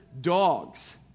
dogs